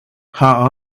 how